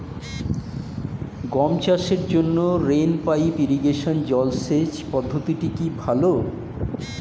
গম চাষের জন্য রেইন পাইপ ইরিগেশন জলসেচ পদ্ধতিটি কি ভালো?